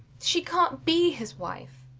she cant be his wife.